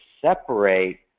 separate